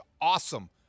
awesome